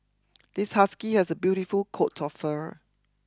this husky has a beautiful coat of fur